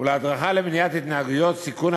למניעת התנהגויות סיכון.